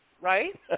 Right